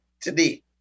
today